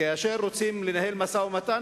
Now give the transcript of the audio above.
כאשר רוצים לנהל משא-ומתן,